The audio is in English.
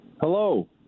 Hello